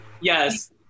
Yes